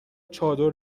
چادر